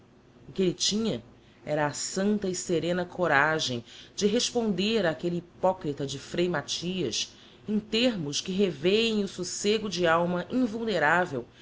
que elle tinha era a santa e serena coragem de responder áquelle hypocrita de frei mathias em termos que revêem o socego de alma invulneravel